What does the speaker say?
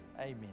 Amen